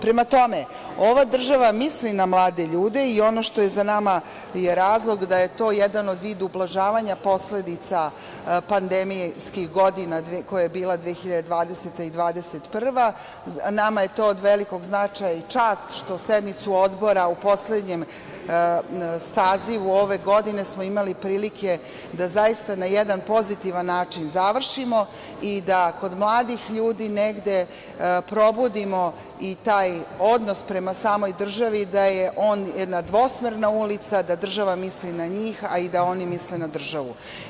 Prema tome, ova država misli na mlade ljude i ono što je za nama je razlog da je to jedan vid ublažavanja posledica pandemijskih godina, 2020. i 2021, nama je to od velikog značaja i čast što sednicu odbora u poslednjem sazivu ove godine smo imali prilike da zaista na jedan pozitivan način završimo i da kod mladih ljudi negde probudimo i taj odnos prema samoj državi, da je on jedna dvosmerna ulica, da država misli na njih, a i da oni misle na državu.